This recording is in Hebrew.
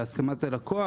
בהסכמת הלקוח,